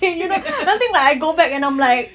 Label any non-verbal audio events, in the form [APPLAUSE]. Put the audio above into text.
[LAUGHS]